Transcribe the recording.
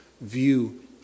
view